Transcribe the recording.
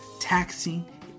taxing